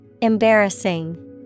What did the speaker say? Embarrassing